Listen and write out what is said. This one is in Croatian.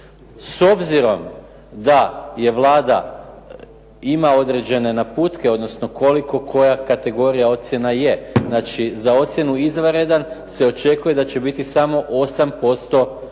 S obzirom da Vlada ima određene naputke odnosno koliko koja kategorija ocjena je, znači za ocjenu izvanredan se očekuje da će biti samo 8%